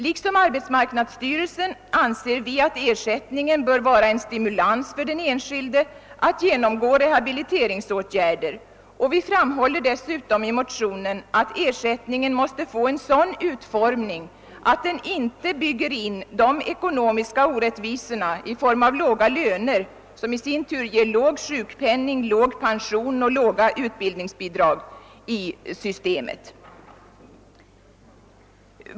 Liksom arbetsmarknadsstyrelsen anser vi att ersättningen bör vara en stimulans för den enskilde att genomgå rehabiliteringsåtgärder, och vi framhåller dessutom i motionen att ersättningen måste få sådan utformning, att den inte bygger in i systemet de ekonomiska orättvisorna i form av låga löner som ger låg sjukpenning, låg pension och låga utbildningsbidrag.